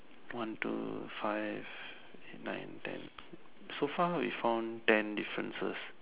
one two five nine ten so far we found ten differences